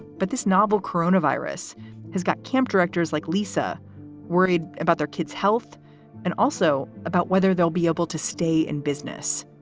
but this novel coronavirus has got camp directors like lisa worried about their kids health and also about whether they'll be able to stay in business.